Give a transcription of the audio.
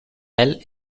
well